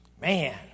Man